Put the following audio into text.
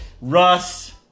Russ